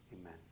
Amen